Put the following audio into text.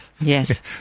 Yes